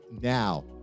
now